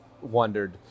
wondered